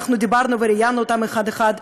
אנחנו דיברנו וראיינו אותם אחד-אחד.